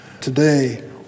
Today